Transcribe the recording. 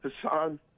Hassan